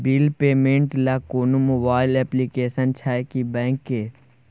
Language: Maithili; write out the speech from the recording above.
बिल पेमेंट ल कोनो मोबाइल एप्लीकेशन छै की बैंक के?